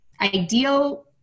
ideal